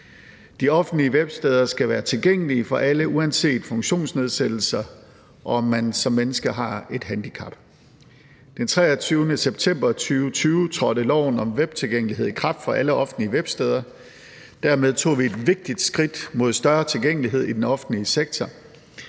De offentlige websteder skal være tilgængelige for alle uanset funktionsnedsættelser, og uanset om man som menneske har et handicap. Den 23. september 2020 trådte loven om webtilgængelighed i kraft for alle offentlige websteder. Dermed tog vi et vigtigt skridt mod større tilgængelighed i den offentlige sektor.